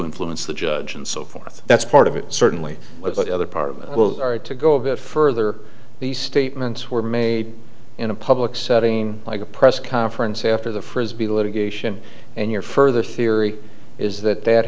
influence the judge and so forth that's part of it certainly was another part of the will to go a bit further these statements were made in a public setting like a press conference after the frisbee litigation and your further theory is that that